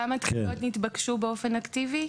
כמה דחיות נתבקשו באופן אקטיבי?